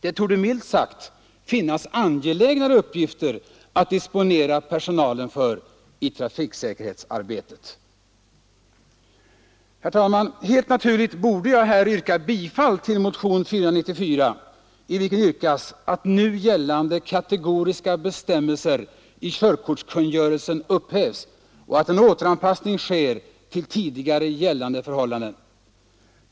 Det torde milt sagt finnas angelägnare uppgifter att disponera personalen för i trafiksäkerhetsarbetet! Herr talman! Helt naturligt borde jag här yrka bifall till motionen 494, i vilken yrkas att nu gällande kategoriska bestämmelser i körkortskungörelsen upphävs och att en återanpassning sker till tidigare gällande förhållanden.